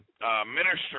Minister